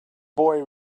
boy